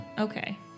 Okay